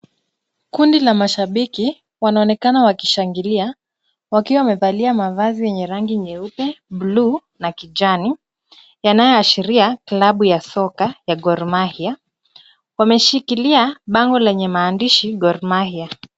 Kundi la mashabiki, wanaonekana wakishangilia wakiwa wamevalia mavazi yenye rangi nyeupe, blue na kijani, yanayoashiria klabu ya soka ya Gor Mahia. Wameshikilia bango lenye maandishi Gor Mahia.